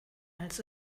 als